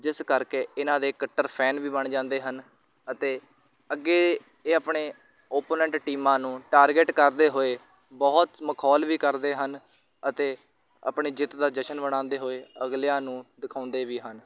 ਜਿਸ ਕਰਕੇ ਇਹਨਾਂ ਦੇ ਕੱਟਰ ਫੈਨ ਵੀ ਬਣ ਜਾਂਦੇ ਹਨ ਅਤੇ ਅੱਗੇ ਇਹ ਆਪਣੇ ਓਪੋਨੈਂਟ ਟੀਮਾਂ ਨੂੰ ਟਾਰਗੇਟ ਕਰਦੇ ਹੋਏ ਬਹੁਤ ਮਖੌਲ ਵੀ ਕਰਦੇ ਹਨ ਅਤੇ ਆਪਣੀ ਜਿੱਤ ਦਾ ਜਸ਼ਨ ਮਨਾਉਂਦੇ ਹੋਏ ਅਗਲਿਆਂ ਨੂੰ ਦਿਖਾਉਂਦੇ ਵੀ ਹਨ